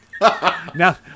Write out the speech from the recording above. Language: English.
Now